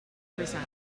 percent